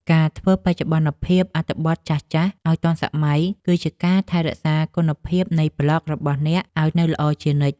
ការធ្វើបច្ចុប្បន្នភាពអត្ថបទចាស់ៗឱ្យទាន់សម័យកាល គឺជាការថែរក្សាគុណភាពនៃប្លក់របស់អ្នកឱ្យនៅល្អជានិច្ច។